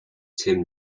tim